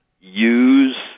use